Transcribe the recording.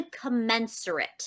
commensurate